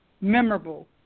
memorable